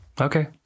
Okay